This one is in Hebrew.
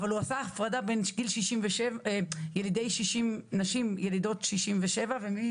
אבל הוא עשה הפרדה של הנשים ילידות 1967 ואילך.